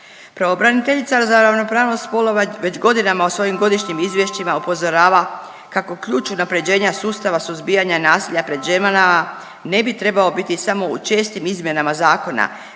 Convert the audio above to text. Pravobraniteljica za ravnopravnost spolova je već godinama u svojim godišnjim izvješćima upozorava kako ključ unapređenja sustava suzbijanja nasilja pred ženama ne bi trebao biti samo u čestim izmjenama zakona